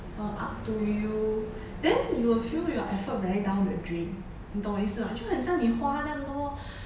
uh up to you then you will feel your effort very down a dream 你懂我意思吗就好像你花这样多